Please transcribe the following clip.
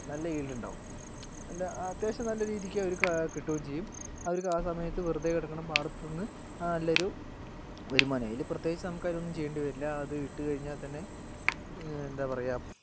നല്ല ഈൽഡ്ണ്ടാവും നല്ല അത്യാവശ്യം നല്ല രീതിക്ക് ഒരു കിട്ടുകയും ചെയ്യും അവർക്ക് ആ സമയത്ത് വെറുതെ കിടക്കണ പാടത്തുനിന്ന് നല്ലൊരു വരുമാനമായി അതിൽ പ്രത്യേകിച്ച് നമുക്കതിലൊന്നും ചെയ്യേണ്ടി വരില്ല അത് ഇട്ട് കഴിഞ്ഞാൽ തന്നെ എന്താ പറയുക